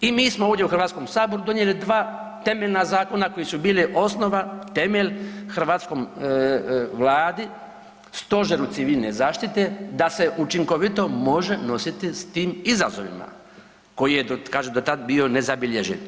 I mi smo ovdje u HS donijeli 2 temeljna zakona koji su bili osnova, temelj hrvatskoj vladi, stožeru civilne zaštite, da se učinkovito može nositi s tim izazovima koji je, kažem, do tad bio nezabilježen.